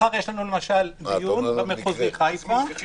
מחר יש לנו למשל דיון במחוזי חיפה --- לפי